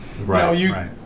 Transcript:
right